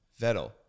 Vettel